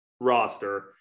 roster